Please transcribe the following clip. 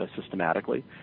systematically